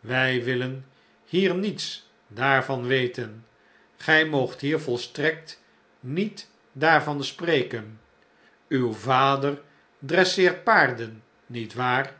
wij willen hier niets daarvan weten gij moogt hier volstrekt niet daarvan spreken uw vader dresseert paarden niet waar